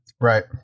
Right